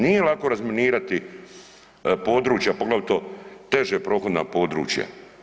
Nije lako razminirati područja poglavito teže prohodna područja.